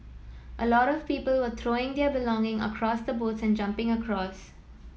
a lot of people were throwing their belonging across the boats and jumping across